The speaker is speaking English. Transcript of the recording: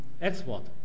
export